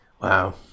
Wow